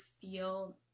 feel